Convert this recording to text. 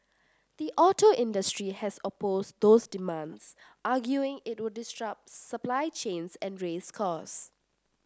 the auto industry has opposed those demands arguing it would disrupt supply chains and raise costs